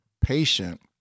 patient